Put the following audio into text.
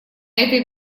этой